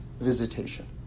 visitation